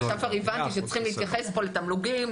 עכשיו כבר הבנתי שצריך להתייחס לתמלוגים,